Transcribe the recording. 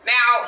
Now